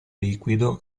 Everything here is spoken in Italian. liquido